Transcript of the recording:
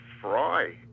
fry